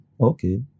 okay